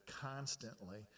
constantly